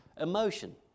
Emotion